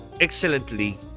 excellently